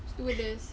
stewardess